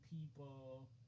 people